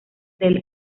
del